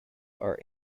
are